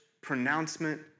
pronouncement